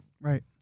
Right